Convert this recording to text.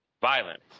violence